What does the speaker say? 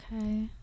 Okay